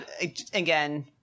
again